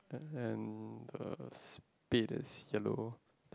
and the spade is yellow